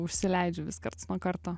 užsileidžiu vis karts nuo karto